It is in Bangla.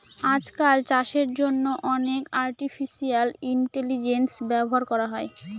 আজকাল চাষের জন্য অনেক আর্টিফিশিয়াল ইন্টেলিজেন্স ব্যবহার করা হয়